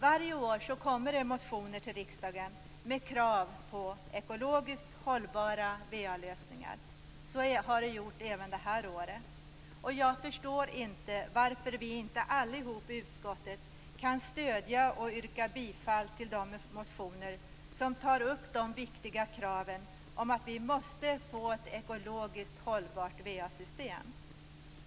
Varje år kommer det motioner till riksdagen med krav på ekologiskt hållbara va-lösningar. Så har det skett även det här året. Jag förstår inte varför vi inte alla i utskottet kan stödja och yrka bifall till de motioner som tar upp de viktiga kraven på att vi måste få ekologiskt hållbara va-system.